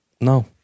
No